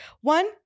one